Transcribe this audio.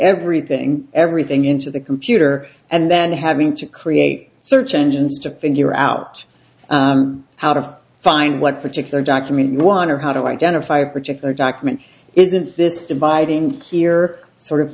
everything everything into the computer and then having to create search engines to figure out how to find what particular document one or how to identify a particular document isn't this dividing peer sort of